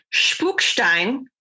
Spukstein